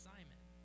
Simon